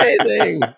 amazing